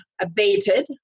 abated